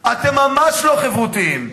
אתם ממש לא חברותיים,